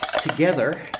together